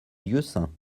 lieusaint